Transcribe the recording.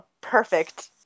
Perfect